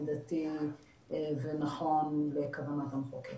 מידתי ונכון לכוונת המחוקק.